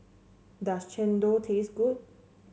does Chendol taste good